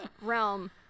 realm